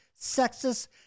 sexist